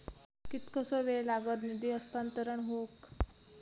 कितकोसो वेळ लागत निधी हस्तांतरण हौक?